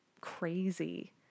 crazy